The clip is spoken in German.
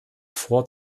vor